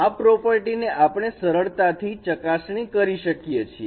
આ પ્રોપર્ટી ને આપણે સરળતાથી ચકાસણી કરી શકીએ છીએ